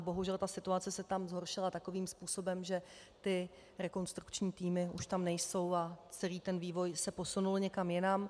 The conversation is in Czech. Bohužel situace se tam zhoršila takovým způsobem, že rekonstrukční týmy už tam nejsou a celý vývoj se posunul někam jinam.